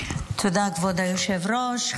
תודה, כבוד היושב-ראש.